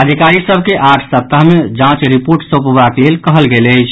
अधिकारी सभ के आठ सप्ताह मे जांच रिपोर्ट सौंपबाक लेल कहल गेल अछि